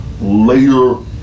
later